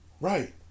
Right